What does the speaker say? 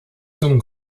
zum